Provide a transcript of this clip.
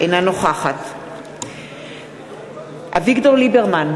אינה נוכחת אביגדור ליברמן,